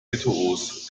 virtuos